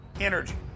energy